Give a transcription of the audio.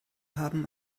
haben